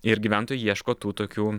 ir gyventojai ieško tų tokių